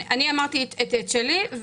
אני אמרתי את שלי.